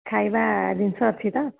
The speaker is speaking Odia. ଖାଇବା ଜିନିଷ ଅଛି ତ